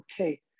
okay